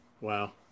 wow